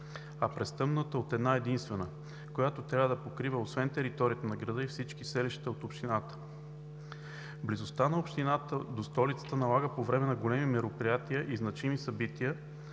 а през тъмната от една-единствена, която трябва да покрива освен територията на града, и всички селища от общината. Близостта на общината до столицата налага по време на големи мероприятия и значими събития